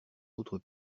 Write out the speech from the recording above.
autre